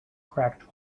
cracked